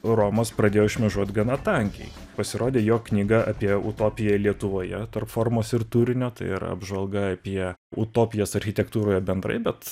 romas pradėjo šmėžuot gana tankiai pasirodė jo knyga apie utopiją lietuvoje tarp formos ir turinio tai ir apžvalga apie utopijas architektūroje bendrai bet